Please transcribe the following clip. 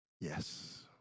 yes